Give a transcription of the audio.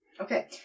Okay